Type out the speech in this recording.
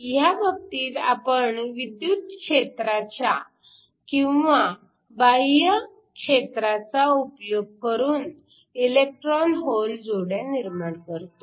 ह्या बाबतीत आपण विद्युत क्षेत्राचा किंवा बाह्य क्षेत्राचा उपयोग करून इलेक्ट्रॉन होल जोड्या निर्माण करतो